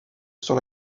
sur